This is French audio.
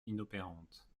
inopérante